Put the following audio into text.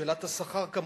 שאלת השכר כמובן.